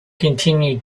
continued